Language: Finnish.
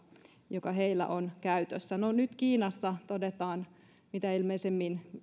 joka heillä on käytössä no nyt kiinassa todetaan mitä ilmeisimmin